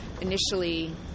initially